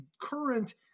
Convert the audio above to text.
current